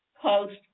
post